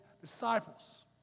disciples